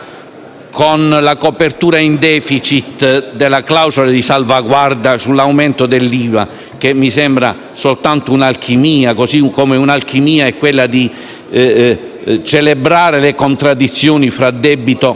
con la copertura in *deficit* della clausola di salvaguardia sull'aumento dell'IVA, che mi sembra soltanto un'alchimia. Così come un'alchimia è celebrare le contraddizioni tra debito e PIL.